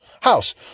house